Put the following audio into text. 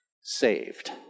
saved